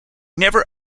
never